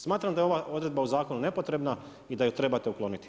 Smatram da je ova odredba o zakonu nepotrebna i da je trebate ukloniti.